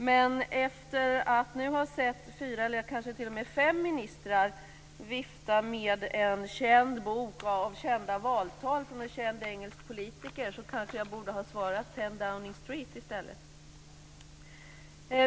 Men efter att nu ha sett fyra eller kanske t.o.m. fem ministrar vifta med en känd bok med kända valtal från en känd engelsk politiker undrar jag om jag kanske borde ha svarat 10 Downing Street i stället.